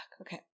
Okay